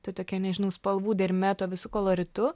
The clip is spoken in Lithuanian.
tai tokia nežinau spalvų derme tuo visu koloritu